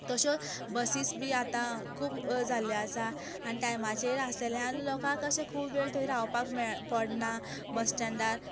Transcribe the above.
तश्यो बसीज बी आतां खूब जाल्ल्यो आसा आनी टायमाचेर आसलेल्यान लोकांक अशें खूब वेळ थंय रावपाक मेळ पडना बसस्टेंडार